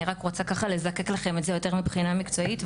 ואני רק רוצה לזקק לכם את זה מבחינה מקצועית,